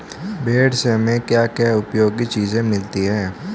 भेड़ से हमें क्या क्या उपयोगी चीजें मिलती हैं?